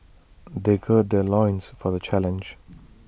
they gird their loins for the challenge